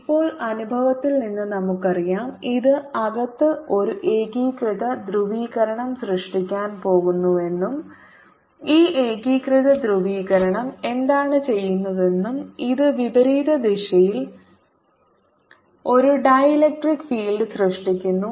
ഇപ്പോൾ അനുഭവത്തിൽ നിന്ന് നമുക്കറിയാം ഇത് അകത്ത് ഒരു ഏകീകൃത ധ്രുവീകരണം സൃഷ്ടിക്കാൻ പോകുന്നുവെന്നും ഈ ഏകീകൃത ധ്രുവീകരണം എന്താണ് ചെയ്യുന്നതെന്നും ഇത് വിപരീത ദിശയിൽ ഒരു ഇലക്ട്രിക് ഫീൽഡ് സൃഷ്ടിക്കുന്നു